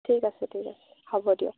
ঠিক আছে ঠিক আছে হ'ব দিয়ক